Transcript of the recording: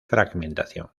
fragmentación